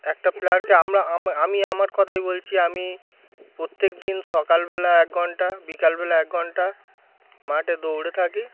একটা প্লেয়ারকে আমরা আম আমি আমার কথাই বলছি আমি প্রত্যেক দিন সকালবেলা এক ঘণ্টা বিকালবেলা এক ঘণ্টা মাঠে দৌড়ে থাকি